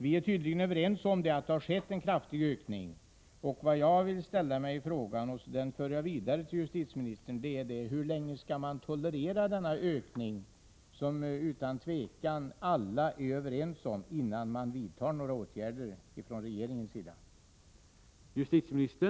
Vi är tydligen överens om att det skett en kraftig ökning. Vad jag vill ställa en fråga om och föra vidare till justitieministern är hur länge man skall tolerera en ökning — som vi nu utan tvivel är överens om har skett — innan regeringen vidtar några åtgärder.